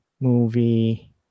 movie